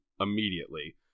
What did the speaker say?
immediately